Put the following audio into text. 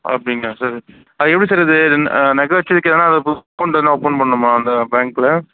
அப்படிங்ளா சார் அது எப்படி சார் அது நகை வச்சத்துக்கு எதுனா அக்கவுண்ட் எதுனா ஓப்பன் பண்ணுமா அந்த பேங்கில்